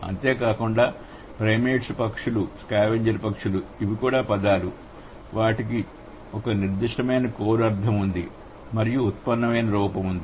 అంతేకాకుండా ప్రైమేట్స్ పక్షులు స్కావెంజర్ పక్షులు ఇవి కూడా పదాలు వాటికి ఒక నిర్దిష్ట మైన కోర్ అర్ధం ఉంది మరియు ఉత్పన్నమైన రూపం ఉంది